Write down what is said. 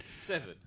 Seven